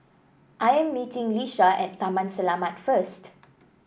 I am meeting Lisha at Taman Selamat first